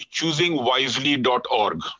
ChoosingWisely.org